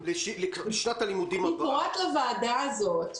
לסיום אני קוראת לוועדה הזאת,